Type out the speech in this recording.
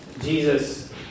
Jesus